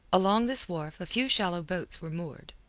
along this wharf a few shallow boats were moored,